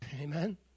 Amen